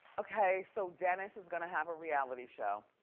okay, so dennis is gonna have a reality show.